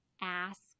ask